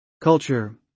Culture